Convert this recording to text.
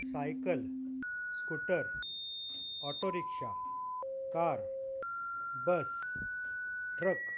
cycle scooter auto rickshaw car bus truck